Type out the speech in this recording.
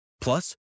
Plus